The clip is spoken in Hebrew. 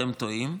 אתם טועים,